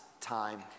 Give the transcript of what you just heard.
time